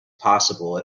possible